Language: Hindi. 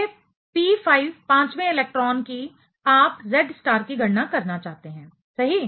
ये p5 पांचवें इलेक्ट्रॉन की आप Z स्टार की गणना करना चाहते हैं सही